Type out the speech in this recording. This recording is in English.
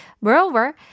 Moreover